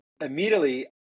immediately